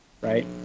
right